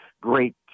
great